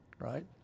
right